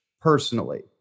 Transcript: personally